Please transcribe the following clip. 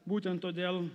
būtent todėl